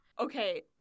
Okay